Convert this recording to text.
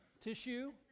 tissue